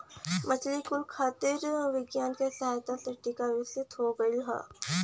मछली कुल खातिर विज्ञान के सहायता से टीका विकसित हो गइल बा